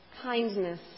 Kindness